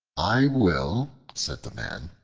i will, said the man,